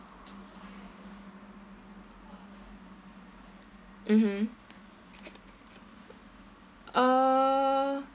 mmhmm uh